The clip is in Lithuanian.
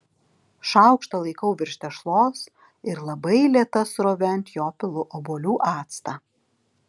šaukštą laikau virš tešlos ir labai lėta srove ant jo pilu obuolių actą